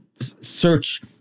search